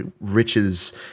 riches